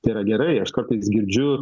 tai yra gerai aš kartais girdžiu